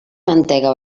mantega